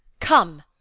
come,